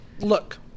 Look